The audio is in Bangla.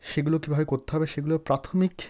সেগুলো কিভাবে করতে হবে সেগুলো প্রাথমিক